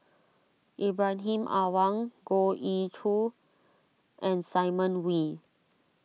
Ibrahim Awang Goh Ee Choo and Simon Wee